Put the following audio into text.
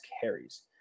carries